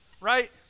right